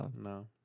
No